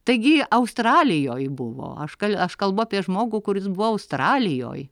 taigi australijoj buvo aš kal aš kalbu apie žmogų kuris buvo australijoj